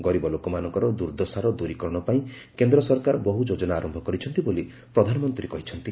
ଗରିବ ଲୋକମାନଙ୍କର ଦୁର୍ଦ୍ଦଶାର ଦୂରୀକରଣ ପାଇଁ କେନ୍ଦ୍ର ସରକାର ବହୁ ଯୋଜନା ଆରମ୍ଭ କରିଛନ୍ତି ବୋଲି ପ୍ରଧାନମନ୍ତ୍ରୀ କହିଛନ୍ତି